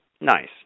Nice